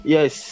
Yes